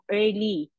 early